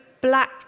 black